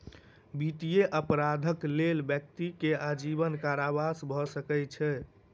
वित्तीय अपराधक लेल व्यक्ति के आजीवन कारावास भ सकै छै